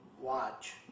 watch